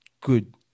good